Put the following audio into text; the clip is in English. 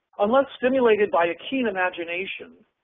unless stimulated by a keen imagination,